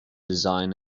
design